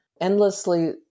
endlessly